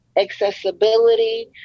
accessibility